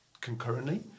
concurrently